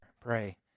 pray